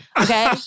Okay